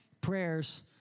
prayers